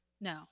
No